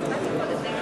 נגד דני